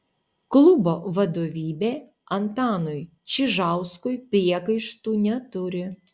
klubo vadovybė antanui čižauskui priekaištų neturi